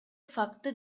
факты